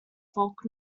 folk